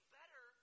better